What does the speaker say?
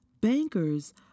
bankers